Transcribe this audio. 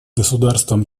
государствам